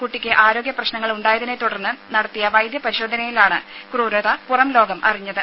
കുട്ടിക്ക് ആരോഗ്യപ്രശ്നങ്ങൾ ഉണ്ടായതിനെത്തുടർന്ന് നടത്തിയ വൈദ്യപരിശോധനയിലാണ് ക്രൂരത പുറംലോകം അറിഞ്ഞത്